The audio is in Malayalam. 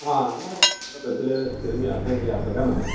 ആ ഞാൻ ആ ബസ്സിൽ സ്ഥിരം യാത്ര ചെയ്യുന്ന ഒരു യാത്രക്കാരനാണേ